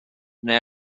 neu